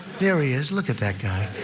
there he is. look at that guy.